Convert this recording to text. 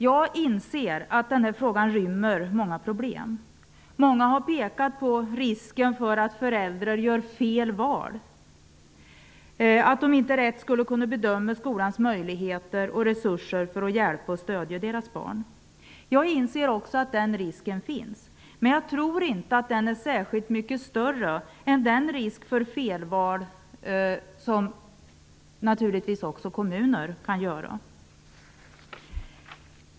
Jag inser att den här frågan rymmer många problem. Många har pekat på risken för att föräldrar gör fel val, att de inte rätt skulle kunna bedöma skolans möjligheter och resurser att hjälpa och stödja deras barn. Också jag inser att den risken finns, men jag tror inte att den är särskilt mycket större än den risk som naturligtvis finns att kommunen gör felval.